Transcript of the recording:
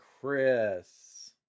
Chris